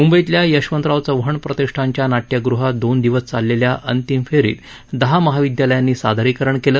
मुंबईतल्या यशवंतराव चव्हाण प्रतिष्ठानच्या नाट्यगृहात दोन दिवस चाललेल्या अंतिमफेरीत दहा महाविद्यालयांनी सादरीकरण केलं